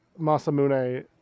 Masamune